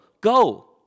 go